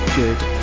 good